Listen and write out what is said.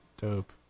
Dope